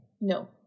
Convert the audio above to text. No